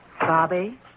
Bobby